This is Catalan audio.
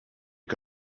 que